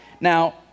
Now